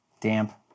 Damp